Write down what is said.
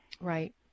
Right